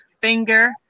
finger